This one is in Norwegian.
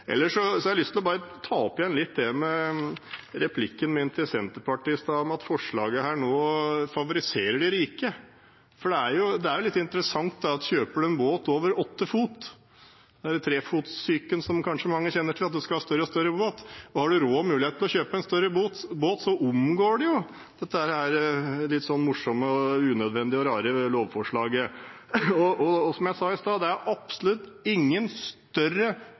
Ellers har jeg lyst til å ta opp igjen noe fra replikken min til Senterpartiet i stad, om at forslaget favoriserer de rike. For det er jo litt interessant at om du kjøper en båt på over åtte fot – det er den trefotssyken som kanskje mange kjenner til, at du skal ha større og større båt – og har råd og mulighet til å kjøpe en større båt, omgår du jo dette litt morsomme, unødvendige og rare lovforslaget. Og som jeg sa i stad, er det absolutt ingen større